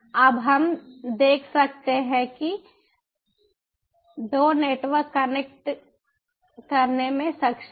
अब हम देख सकते हैं कि 2 नेटवर्क कनेक्ट करने में सक्षम हैं